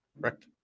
correct